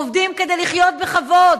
עובדים כדי לחיות בכבוד,